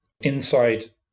inside